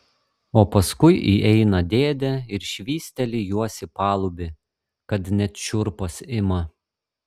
o paskui įeina dėdė ir švysteli juos į palubį kad net šiurpas ima